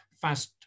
fast